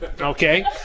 okay